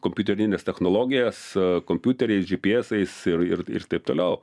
kompiuterines technologijas kompiuteriais džipiesais ir ir ir taip toliau